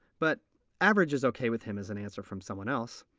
but average is ok with him as an answer from someone else,